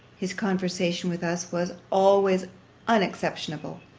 his conversation with us was always unexceptionable,